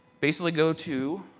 basically go to,